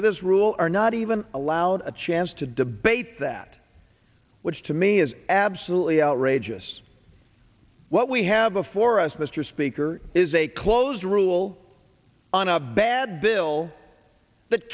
with this rule are not even allowed a chance to debate that which to me is absolutely outrageous what we have before us mr speaker is a close rule on a bad bill